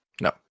No